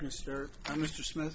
mr mr smith